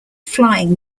flying